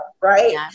right